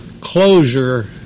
closure